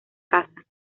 casa